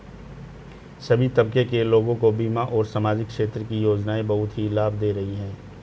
सभी तबके के लोगों को बीमा और सामाजिक क्षेत्र की योजनाएं बहुत ही लाभ दे रही हैं